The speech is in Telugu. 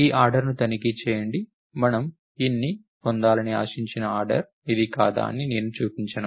ఈ ఆర్డర్ని తనిఖీ చేయండి మనము ఇన్ని పొందాలని ఆశించిన ఆర్డర్ ఇది కాదా అని నేను చూపించను